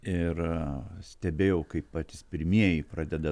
ir stebėjau kaip patys pirmieji pradeda